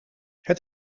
het